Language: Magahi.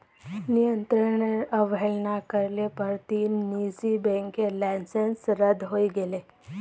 नियंत्रनेर अवहेलना कर ल पर तीन निजी बैंकेर लाइसेंस रद्द हई गेले